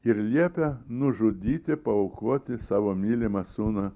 ir liepia nužudyti paaukoti savo mylimą sūnų